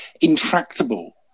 intractable